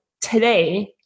today